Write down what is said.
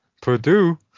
Purdue